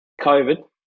COVID